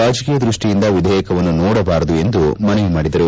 ರಾಜಕೀಯ ದೃಷ್ಷಿಯಿಂದ ವಿಧೇಯಕವನ್ನು ನೋಡಬಾರದು ಎಂದು ಮನವಿ ಮಾಡಿದರು